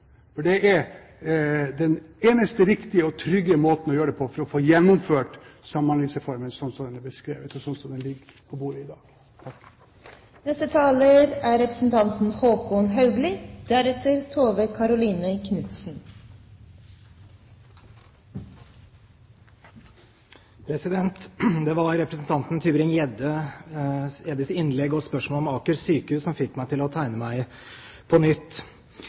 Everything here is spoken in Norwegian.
For det er den eneste riktige og trygge måten å gjøre det på for å få gjennomført Samhandlingsreformen slik den er beskrevet, og slik den ligger på bordet i dag. Det var representanten Tybring-Gjeddes innlegg og spørsmål om Aker sykehus som fikk meg til å tegne meg på nytt.